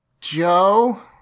Joe